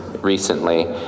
recently